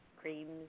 creams